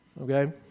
okay